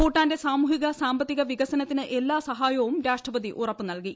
ഭൂട്ടാന്റെ സാമൂഹിക സാമ്പത്തിക വികസനത്തിന് എല്ലാസഹായവും രാഷ്ട്രപതി ഉറപ്പ് നൽകി